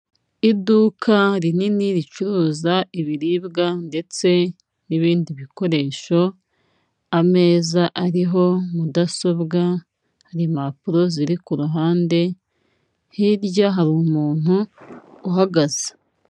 Iduka rinini ricuruza ibiribwa ndetse n'ibindi bikoresho, ameza ariho mudasobwa, hari impapuro ziri ku ruhande, hirya hari umuntu uhagaze.